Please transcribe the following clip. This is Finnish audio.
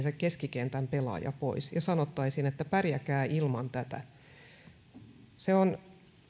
se keskikentän pelaaja pois ja sanottaisiin että pärjätkää ilman tätä se on